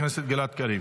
חבר הכנסת גלעד קריב,